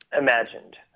imagined